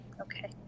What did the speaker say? Okay